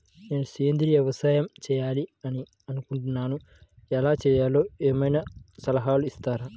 నేను సేంద్రియ వ్యవసాయం చేయాలి అని అనుకుంటున్నాను, ఎలా చేయాలో ఏమయినా సలహాలు ఇస్తారా?